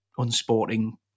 unsporting